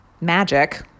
magic